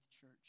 Church